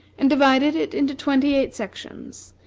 and divided it into twenty-eight sections,